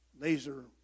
Laser